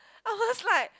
I was like